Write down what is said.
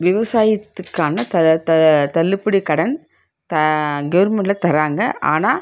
விவசாயத்துக்கான கட த தள்ளுபடி கடன் த கவுர்மெண்ட்டில் தராங்க ஆனால்